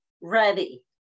Ready